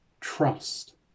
trust